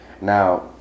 Now